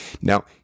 Now